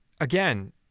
again